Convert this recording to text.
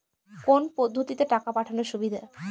কোন পদ্ধতিতে টাকা পাঠানো সুবিধা?